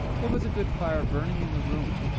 there was a good fire burning in the room,